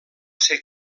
ser